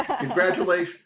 congratulations